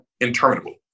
interminable